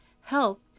help